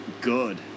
good